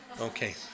Okay